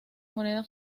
moneda